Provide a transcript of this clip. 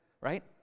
right